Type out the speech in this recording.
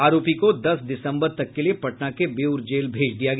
आरोपी को दस दिसंबर तक के लिए पटना के बेऊर जेल भेज दिया गया